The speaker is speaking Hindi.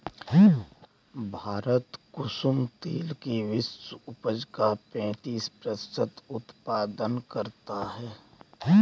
भारत कुसुम तेल के विश्व उपज का पैंतीस प्रतिशत उत्पादन करता है